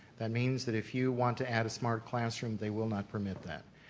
that means that if you want to add a smart classroom, they will not permit that.